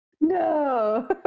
No